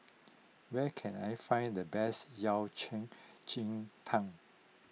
where can I find the best Yao Cai Ji Tang